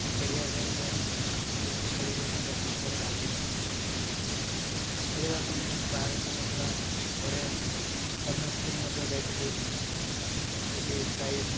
ମୋ କ୍ୟାରିଅରରେ game gaming ଖେଳିବି ବୋଲି ଦଶମ ପରେ ଭାବିଲି ଏବଂ ଖେଳିବା ପାଇଁ ମୁଁ ବାହାରକୁ ମଧ୍ୟ ଘରେ ଅନ୍ୟ ସ୍କୁଲ୍ ମଧ୍ୟ ଯାଇଥିଲି ସେଇଠି ପ୍ରାଇଜ୍